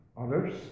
others